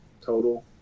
total